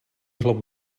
hlavu